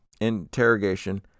interrogation